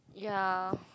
ya